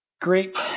great